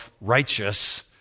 righteous